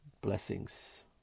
Blessings